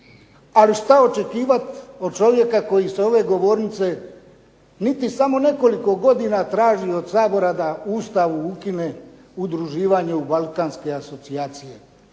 Ali što očekivati od čovjeka koji s ove govornice niti samo nekoliko godina traži od Sabora da u Ustavu ukine udruživanje u balkanske asocijacije.